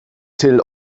till